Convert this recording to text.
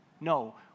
No